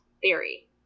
Theory